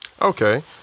Okay